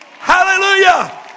Hallelujah